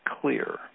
clear